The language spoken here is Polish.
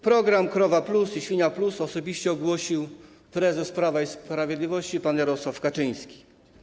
Programy krowa+ i świnia+ osobiście ogłosił prezes Prawa i Sprawiedliwości pan Jarosław Kaczyński.